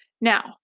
Now